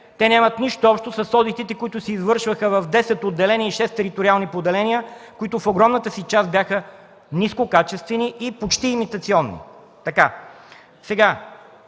Те нямат нищо общо с одитите, които се извършваха в десет отделения и шест териториални поделения, които в огромната си част бяха нискокачествени и почти имитационни.